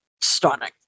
stunning